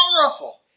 powerful